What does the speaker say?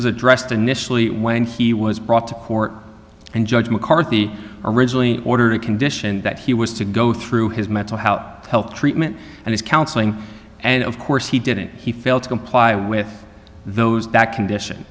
was addressed initially when he was brought to court and judge mccarthy originally ordered a condition that he was to go through his mental health health treatment and his counseling and of course he didn't he failed to comply with those that condition